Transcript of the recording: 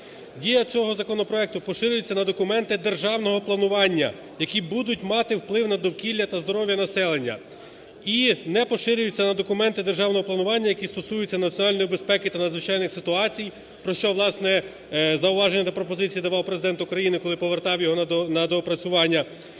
Дія цього законопроекту поширюється на документи державного планування, які будуть мати вплив на довкілля та здоров'я населення і не поширюється на документи державного планування, які стосуються національної безпеки та надзвичайних ситуацій - про що, власне, зауваження та пропозиції давав Президент України, коли повертав його на доопрацювання,